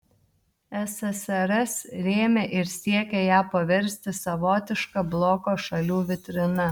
ssrs rėmė ir siekė ją paversti savotiška bloko šalių vitrina